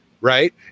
right